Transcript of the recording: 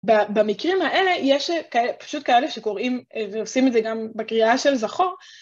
במקרים האלה יש פשוט כאלה שקוראים ועושים את זה גם בקריאה של זכור.